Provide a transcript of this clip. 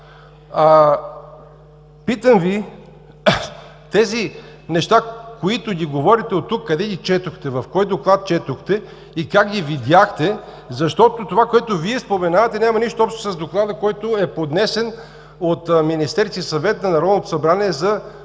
Питам Ви тези неща, които говорите от тук, къде ги четохте, в кой доклад четохте и как ги видяхте, защото това, което Вие споменавате, няма нищо общо с Доклада, който е поднесен от Министерския съвет на Народното събрание за